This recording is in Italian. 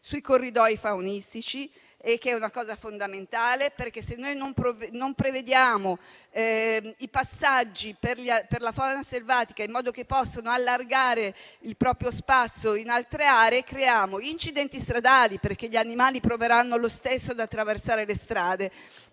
sui corridoi faunistici: una cosa fondamentale. Se non prevediamo i passaggi per la fauna selvatica, in modo che possano allargare il proprio spazio in altre aree, creiamo incidenti stradali, perché gli animali proveranno lo stesso ad attraversare le strade.